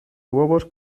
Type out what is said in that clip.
huevos